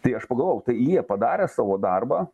tai aš pagalvojau tai jie padarė savo darbą